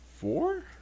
four